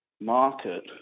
market